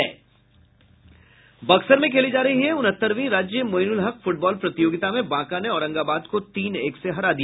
बक्सर में खेली जा रही उनहत्तरवीं राज्य मोइनूल हक फ्टबॉल प्रतियोगिता में बांका ने औरंगाबाद को तीन एक से हरा दिया